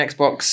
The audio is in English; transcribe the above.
Xbox